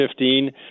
2015